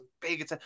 big